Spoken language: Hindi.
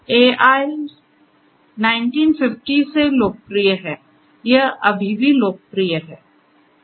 एआई 1950 से लोकप्रिय है यह अभी भी लोकप्रिय है